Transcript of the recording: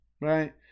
Right